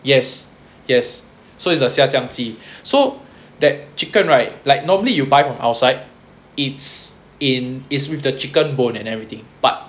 yes yes so it's the 虾酱鸡 so that chicken right like normally you buy from outside it's in is with the chicken bone and everything but